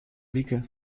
wike